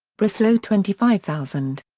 breslau twenty five thousand.